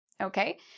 Okay